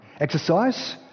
Exercise